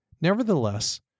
Nevertheless